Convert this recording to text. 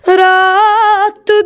rat